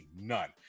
none